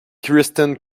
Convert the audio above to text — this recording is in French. kristen